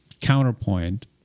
counterpoint